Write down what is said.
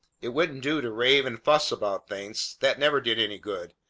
it wouldn't do to rave and fuss about things. that never did any good.